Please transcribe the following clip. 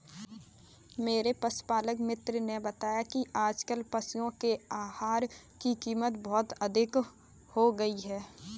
मेरे पशुपालक मित्र ने बताया कि आजकल पशुओं के आहार की कीमत बहुत अधिक हो गई है